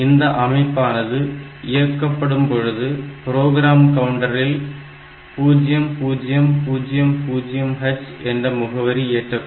இந்த அமைப்பானது இயக்கப்படும் பொழுது ப்ரோக்ராம் கவுண்டரில் 0000H என்ற முகவரி ஏற்றப்படும்